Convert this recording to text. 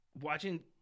watching